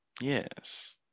Yes